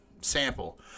sample